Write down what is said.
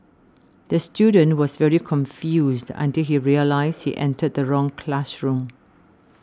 the student was very confused until he realised he entered the wrong classroom